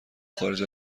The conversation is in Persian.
خارج